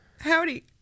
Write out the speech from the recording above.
Howdy